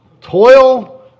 Toil